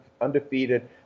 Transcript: undefeated